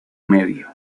medio